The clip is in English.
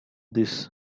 this